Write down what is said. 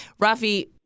Rafi